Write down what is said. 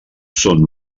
són